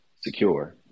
secure